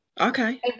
Okay